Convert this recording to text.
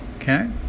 Okay